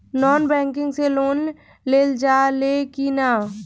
Non banking से loan लेल जा ले कि ना?